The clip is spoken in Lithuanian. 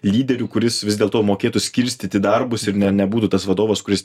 lyderiu kuris vis dėlto mokėtų skirstyti darbus ir ne nebūtų tas vadovas kuris